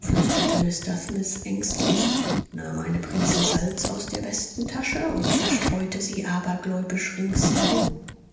flüsterte mr smith ängstlich nahm eine prise salz aus der westentasche und verstreute sie abergläubisch ringsherum